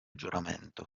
giuramento